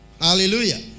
Hallelujah